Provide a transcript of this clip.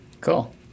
Cool